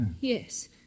Yes